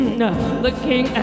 looking